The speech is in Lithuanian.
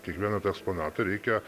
kiekvieną tą eksponatą reikia